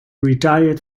retired